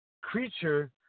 Creature